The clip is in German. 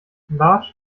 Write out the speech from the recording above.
bartsch